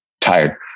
tired